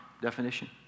definition